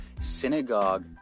synagogue